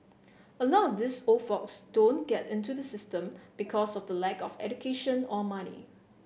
a lot of these old folks don't get into the system because of the lack of education or money